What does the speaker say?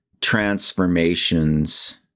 transformations